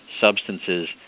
substances